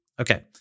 Okay